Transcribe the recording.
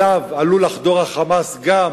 שאליו עלול לחדור ה"חמאס" גם